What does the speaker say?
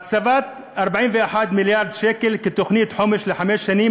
הקצבת 41 מיליארד שקל כתוכנית חומש לחמש שנים